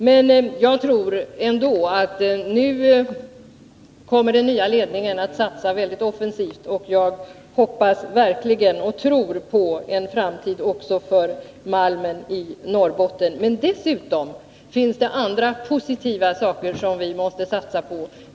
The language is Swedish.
Men jag tror att den nya ledningen nu kommer att satsa mycket offensivt, och jag hoppas och tror på en framtid också för malmen i Norrbotten. Men dessutom finns det andra positiva saker att satsa på.